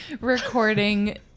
recording